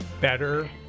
Better